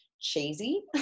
cheesy